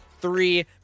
three